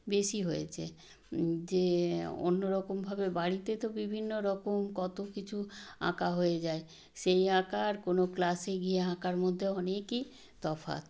বেশি হয়েছে যে অন্য রকমভাবে বাড়িতে তো বিভিন্ন রকম কত কিছু আঁকা হয়ে যায় সেই আঁকা আর কোনো ক্লাসে গিয়ে আঁকার মধ্যে অনেকই তফাৎ